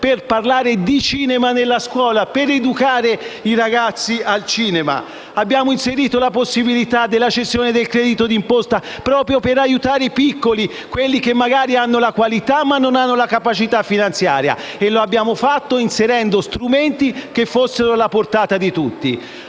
per parlare di cinema nella scuola ed educare i ragazzi al cinema. Abbiamo inserito la possibilità della cessione del credito di imposta per aiutare i piccoli, quelli che magari hanno la qualità, ma non la capacità finanziaria, e lo abbiamo fatto inserendo strumenti alla portata di tutti.